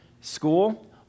school